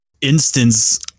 instance